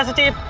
ah do